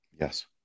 Yes